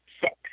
six